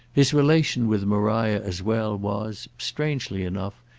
his relation with maria as well was, strangely enough,